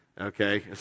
okay